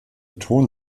ton